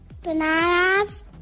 Bananas